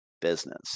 business